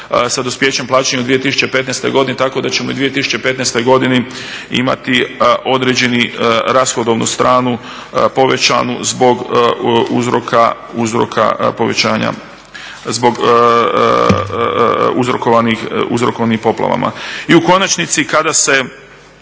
sa dospijećem plaćanja u 2015. godini tako da ćemo u 2015. godini imati određenu rashodovnu stranu povećanu zbog uzroka povećanja uzrokovanih poplavama. I u konačnici, kada se